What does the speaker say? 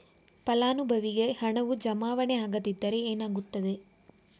ಫಲಾನುಭವಿಗೆ ಹಣವು ಜಮಾವಣೆ ಆಗದಿದ್ದರೆ ಏನಾಗುತ್ತದೆ?